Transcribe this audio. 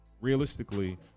realistically